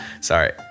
Sorry